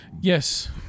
Yes